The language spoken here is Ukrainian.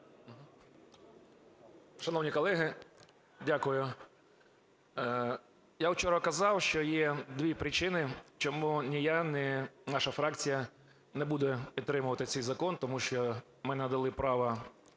Шановні колеги, дякую. Я вчора казав, що є дві причини, чому ні я, ні наша фракція не буде підтримувати цей закон. Тому що ми надали право